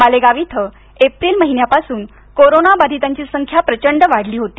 मालेगाव इथे एप्रिल महिन्यापासून कोरोना बाधितांची संख्या प्रचंड वाढली होती